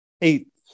eight